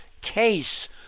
case